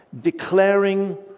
declaring